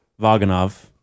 Vaganov